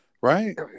Right